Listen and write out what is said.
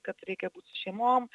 kad reikia būt su šeimom